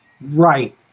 Right